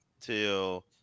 till